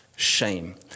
shame